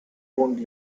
owned